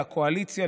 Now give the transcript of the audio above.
לקואליציה,